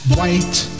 White